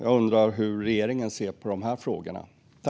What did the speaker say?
Jag undrar hur regeringen ser på de här frågorna.